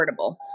affordable